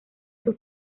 sus